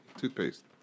toothpaste